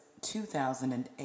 2008